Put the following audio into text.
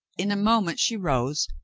in a moment she rose,